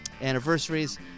anniversaries